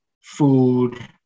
food